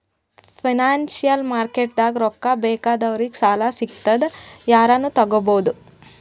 financial ಮಾರ್ಕೆಟ್ದಾಗ್ ರೊಕ್ಕಾ ಬೇಕಾದವ್ರಿಗ್ ಸಾಲ ಸಿಗ್ತದ್ ಯಾರನು ತಗೋಬಹುದ್